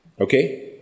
Okay